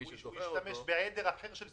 מי שזוכר אותו --- הוא השתמש בעדר אחר.